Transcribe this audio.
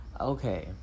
Okay